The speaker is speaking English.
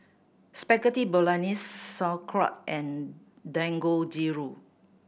Spaghetti Bolognese Sauerkraut and Dangojiru